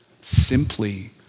simply